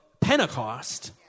Pentecost